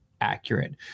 accurate